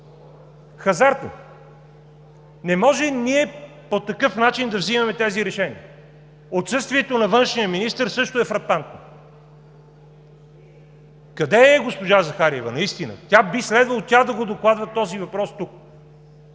хазартен. Не може ние по такъв начин да вземаме тези решения! Отсъствието на външния министър също е фрапантно! Къде е госпожа Захариева наистина? Би следвало тя да докладва този въпрос тук!